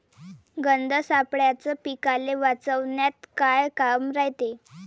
गंध सापळ्याचं पीकाले वाचवन्यात का काम रायते?